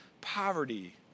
poverty